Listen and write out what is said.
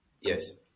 yes